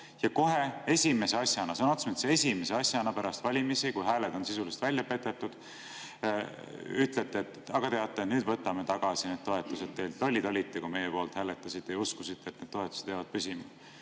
ja kohe esimese asjana, sõna otseses mõttes esimese asjana pärast valimisi, kui hääled on sisuliselt välja petetud, ütlete, et teate, nüüd võtame tagasi need toetused, lollid olite, kui meie poolt hääletasite ja uskusite, et need toetused jäävad püsima